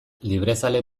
librezale